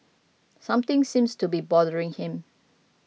something seems to be bothering him